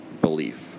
belief